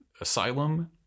asylum